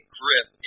grip